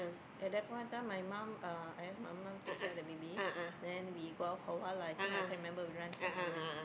at the point in time my mom I ask my mom take care of the baby then we go out for a while lah I think I can't remember we run some errands